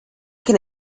can